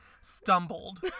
stumbled